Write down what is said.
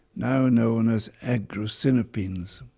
now known as agrocinopines.